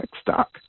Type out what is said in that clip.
stock